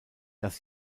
dass